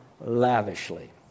lavishly